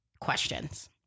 questions